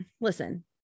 listen